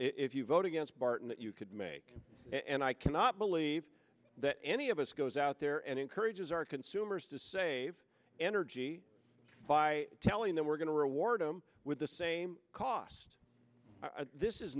you vote against barton that you could make and i cannot believe that any of us goes out there and encourages our consumers to save energy by telling them we're going to reward them with the same cost this is